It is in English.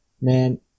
Man